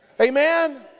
Amen